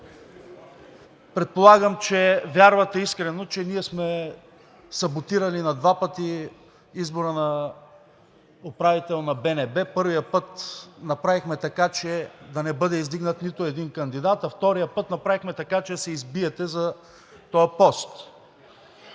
Предполагам, че вярвате искрено, че ние сме саботирали на два пъти избора на управител на БНБ. Първия път направихме така, че да не бъде издигнат нито един кандидат, а втория път направихме така, че да се избиете за този пост.